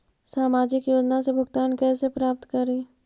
सामाजिक योजना से भुगतान कैसे प्राप्त करी?